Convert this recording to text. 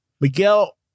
Miguel